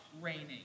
raining